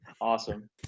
Awesome